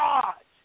God